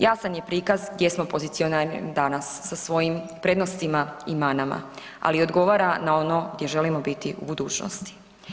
Jasan je prikaz gdje smo pozicionirani danas sa svojim prednostima i manama, ali odgovara na ono gdje želimo biti u budućnosti.